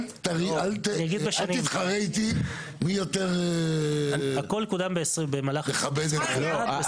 יוראי, אל תתחרה איתי מי יותר מכבד את זה.